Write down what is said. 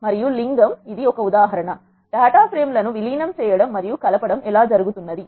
మరియు లింగం ఇది ఒక ఉదాహరణ డేటా ఫ్రేమ్ లను విలీనం చేయడం మరియు కలపడం ఎలా జరుగుతుంది